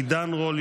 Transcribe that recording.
עידן רול,